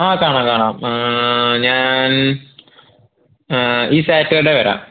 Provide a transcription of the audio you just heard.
ആ കാണാം കാണാം ഞാൻ ഈ സാറ്റർഡേ വരാം